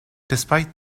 despite